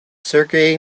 sergey